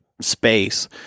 space